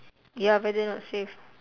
ya weather not safe